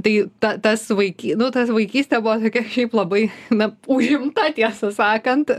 tai ta tas vaiky nu ta vaikystė buvo tokia šiaip labai na užimta tiesą sakant